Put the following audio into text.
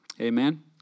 Amen